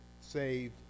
saved